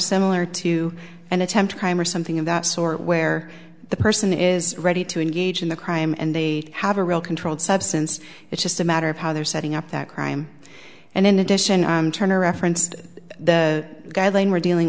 similar to an attempt crime or something of that sort where the person is ready to engage in the crime and they have a real controlled substance it's just a matter of how they're setting up that crime and in addition turner referenced the guideline we're dealing